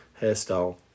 hairstyle